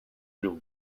real